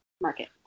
market